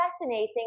fascinating